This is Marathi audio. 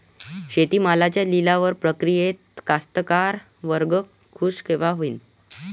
शेती मालाच्या लिलाव प्रक्रियेत कास्तकार वर्ग खूष कवा होईन?